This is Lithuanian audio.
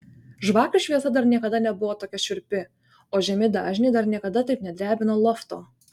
žvakių šviesa dar niekada nebuvo tokia šiurpi o žemi dažniai dar niekada taip nedrebino lofto